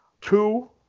two